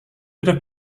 have